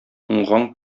уңган